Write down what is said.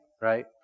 Right